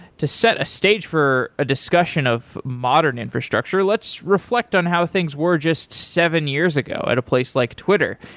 to set the stage for a discussion of modern infrastructure, let's reflect on how things were just seven years ago at a place like twitter.